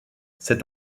cet